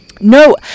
No